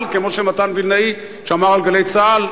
צה"ל" כמו שמתן וילנאי שמר על "גלי צה"ל".